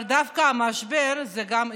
אבל משבר זה דווקא גם הזדמנות,